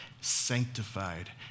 sanctified